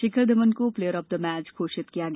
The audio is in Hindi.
शिखर धवन को प्लेयर ऑफ द मैच घोषित किया गया